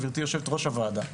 גברתי יושבת ראש הוועדה,